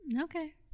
Okay